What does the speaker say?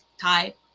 type